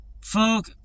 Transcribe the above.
folk